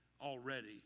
already